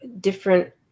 different